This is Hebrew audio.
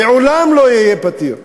לעולם לא יהיו פתירים.